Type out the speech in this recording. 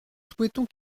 souhaitons